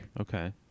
Okay